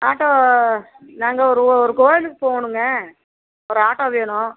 auto நாங்கள் ஒரு ஒரு கோயிலுக்குப் போகணுங்க ஒரு ஆட்டோ வேணும்